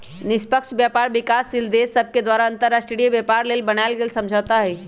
निष्पक्ष व्यापार विकासशील देश सभके द्वारा अंतर्राष्ट्रीय व्यापार लेल बनायल गेल समझौता हइ